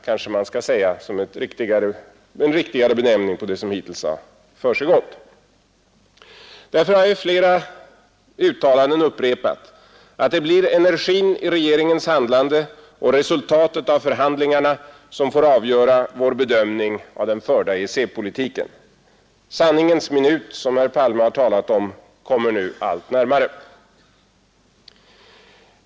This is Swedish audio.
Därför har jag i flera uttalanden upprepat att det blir energin i regeringens handlande och resultatet av förhandlingarna som får avgöra vår bedömning av den förda EEC-politiken. ”Sanningens minut”, som herr Palme har talat om, kommer nu allt närmare.